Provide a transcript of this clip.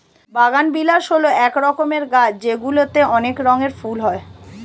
বাগানবিলাস হল এক রকমের গাছ যেগুলিতে অনেক রঙের ফুল হয়